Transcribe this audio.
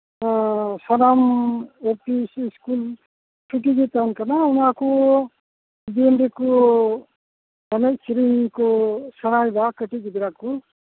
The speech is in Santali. ᱥᱟᱱᱟᱢ ᱚᱯᱷᱤᱥ ᱤᱥᱠᱩᱞ ᱪᱷᱩᱴᱤ ᱜᱮ ᱛᱟᱦᱮᱱ ᱠᱟᱱᱟ ᱚᱱᱟ ᱠᱚ ᱫᱤᱱ ᱨᱮᱠᱚ ᱮᱱᱮᱡ ᱥᱮᱨᱮᱧ ᱠᱚ ᱥᱮᱬᱟᱭᱮᱫᱟ ᱠᱟᱹᱴᱤᱡ ᱜᱤᱫᱽᱨᱟᱹ ᱠᱚ